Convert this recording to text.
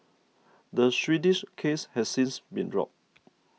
the Swedish case has since been dropped